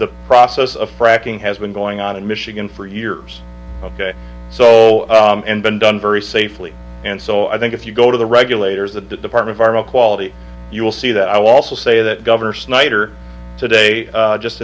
the process of fracking has been going on in michigan for years ok so and been done very safely and so i think if you go to the regulators the department are all quality you will see that i was also say that governor snyder today just